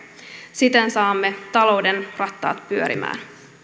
siten saamme talouden rattaat pyörimään